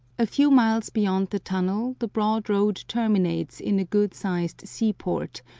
a few miles beyond the tunnel the broad road terminates in a good-sized seaport,